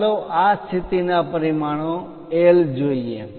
ચાલો આ સ્થિતિ ના પરિમાણો L જોઈએ